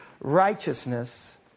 righteousness